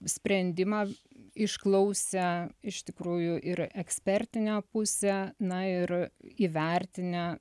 sprendimą išklausę iš tikrųjų ir ekspertinę pusę na ir įvertinę